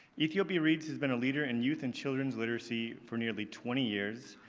ethiopia reads has been a leader in youth and children's literacy for nearly twenty years.